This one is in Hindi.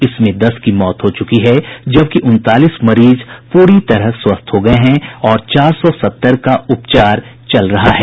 इसमें दस की मौत हो चुकी है जबकि उनतालीस मरीज प्ररी तरह स्वस्थ्य हो गये हैं और चार सौ सत्तर का उपचार चल रहा है